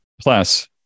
Plus